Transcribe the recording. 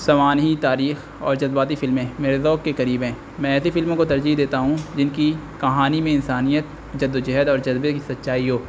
سوانحی تاریخ اور جذباتی فلمیں میرے ذوق کے قریب ہیں میں ایسی فلموں کو ترجیح دیتا ہوں جن کی کہانی میں انسانیت جد وجہد اور جذبے کی سچائی ہو